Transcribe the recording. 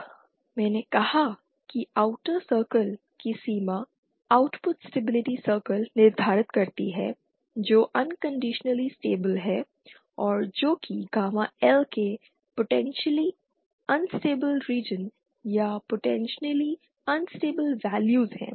अब मैंने कहा कि आउटर सर्कल की सीमा आउटपुट स्टेबिलिटी सर्कल निर्धारित करती है जो अनकंडीशनली स्टेबल है और जो कि गामा L के पोटेंशियली अनस्टेबिल रीजन या पोटेंशियली अनस्टेबिल वैल्यूज़ हैं